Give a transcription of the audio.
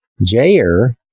Jair